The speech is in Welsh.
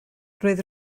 roedd